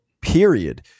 period